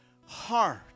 heart